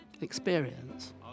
experience